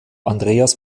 andreas